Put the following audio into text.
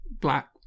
black